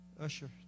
usher